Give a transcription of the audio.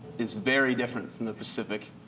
is very different from the pacific